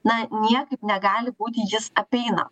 na niekaip negali būti jis apeinamas